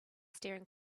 staring